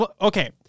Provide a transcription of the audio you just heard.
okay